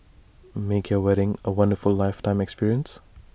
make your wedding A wonderful lifetime experience